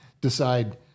decide